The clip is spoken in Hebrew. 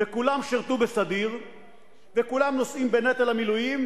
וכולם שירתו בסדיר וכולם נושאים בנטל המילואים.